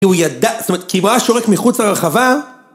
כי הוא ידע, זאת אומרת כי אם הוא היה שורק מחוץ לרחבה